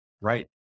right